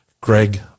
Greg